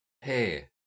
hey